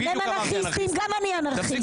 אם הם אנרכיסטים, גם אני אנרכיסטית.